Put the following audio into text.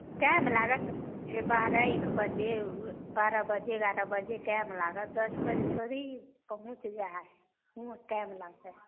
time लागत जे बारह एक बजे बारह बजे एगारह टाइम लागत दश बजे थोड़े ही पहुँच जाय हय ओहिमे टाइम लगतै